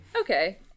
Okay